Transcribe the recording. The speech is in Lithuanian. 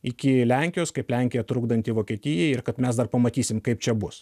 iki lenkijos kaip lenkija trukdanti vokietijai ir kad mes dar pamatysim kaip čia bus